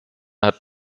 hat